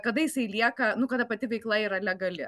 kada jisai lieka nu kada pati veikla yra legali